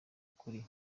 ukuri